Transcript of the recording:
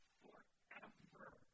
forever